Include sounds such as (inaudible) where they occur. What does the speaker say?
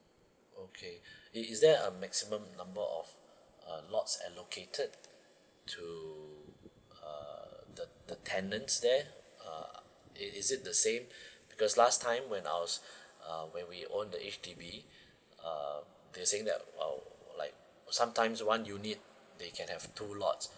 okay is there a maximum number of uh lots allocated to uh the the tenants there uh is it the same (breath) becuse last time when I was when we own the H_D_B (breath) uh they're saying that uh like sometimes one unit they can have two lots